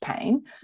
pain